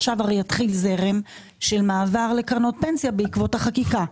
עכשיו הרי יתחיל זרם של מעבר לקרנות פנסיה בעקבות החקיקה.